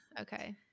Okay